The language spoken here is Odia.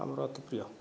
ଆମର ଅତି ପ୍ରିୟ